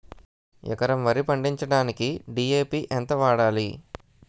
ఎకరం వరి పండించటానికి డి.ఎ.పి ఎంత వాడాలి?